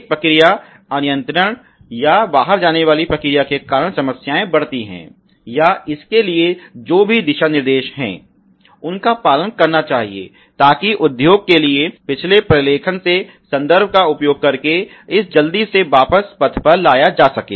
एक प्रक्रिया अनियंत्रित या बाहर जाने वाली प्रक्रिया के कारण समस्याएँ बड्ती हैं या इसके लिए जो भी दिशा निर्देश हैं उनका पालन करना चाहिए ताकि उद्योग के लिए पिछले प्रलेखन से संदर्भ का उपयोग करके इसे जल्दी से वापस पथ पर लाया जा सके